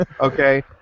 Okay